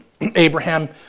Abraham